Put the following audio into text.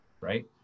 right